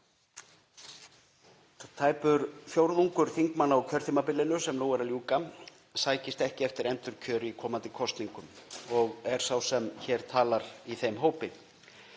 Tæpur fjórðungur þingmanna á kjörtímabilinu sem nú er að ljúka sækist ekki eftir endurkjöri í komandi kosningum og er sá sem hér talar í þeim hópi.